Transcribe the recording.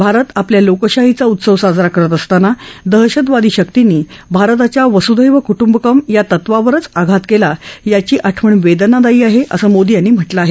भारत आपल्या लोकशाहीचा उत्सव साजरा करत असताना दहशतवादी शक्तींनी भारताच्या वसूधैव कुटुंबकम या तत्वावरच आघात केला याची आठवण वेदनादायी आहे असं मोदी यांनी म्हटलं आहे